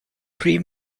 three